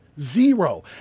Zero